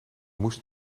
moest